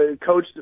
coach